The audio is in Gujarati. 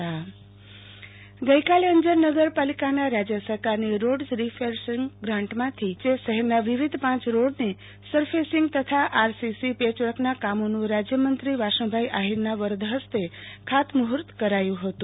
આરતી ભદ્દ ગઈકાલે અંજાર નગરપાલિકાના રાજ્ય સરકારની રોડ રિસર્ફેસીંગ ગ્રાન્ટમાંથીશહેરના વિવિધ પાંચ રોડને સરફેસીંગ તથા આરસીસી પેચવર્કના કામોનુંરાજ્યમંત્રીશ્રી વાસણભાઇ આફિરના વરદ હસ્તે ખાતમુફર્ત કરાયું હતું